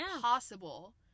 possible